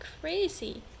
crazy